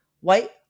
white